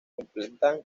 completan